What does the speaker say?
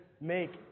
make